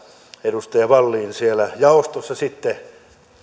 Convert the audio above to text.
edustaja wallin siellä jaostossa sitten